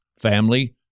family